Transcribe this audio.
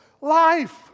life